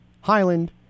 Highland